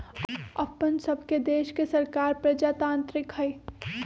अप्पन सभके देश के सरकार प्रजातान्त्रिक हइ